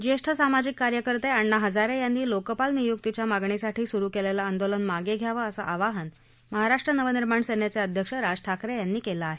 ज्येष्ठ सामाजिक कार्यकर्ते अण्णा हजारे यांनी लोकपाल नियुक्तीच्या मागणीसाठी सुरु केलेलं आंदोलन मागे घ्यावं असं आवाहन महाराष्ट्र नवनिर्माण सेनेचे अध्यक्ष राज ठाकरे यांनी केलं आहे